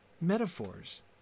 metaphors